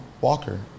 Walker